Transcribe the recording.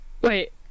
Wait